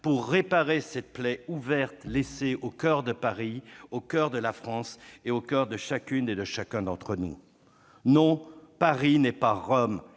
pour réparer cette plaie ouverte laissée au coeur de Paris, au coeur de la France et au coeur de chacune et de chacun d'entre nous. Non, Paris n'est pas Rome,